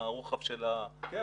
אם הרוחב של --- כן,